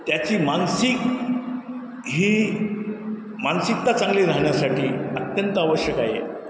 त्याची मानसिक ही मानसिकता चांगली राहण्यासाठी अत्यंत आवश्यक आहे